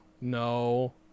no